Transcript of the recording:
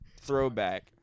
Throwback